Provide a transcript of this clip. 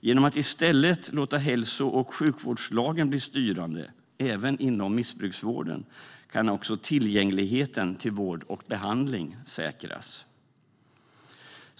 Genom att i stället låta hälso och sjukvårdslagen bli styrande även inom missbruksvården kan tillgängligheten till vård och behandling säkras.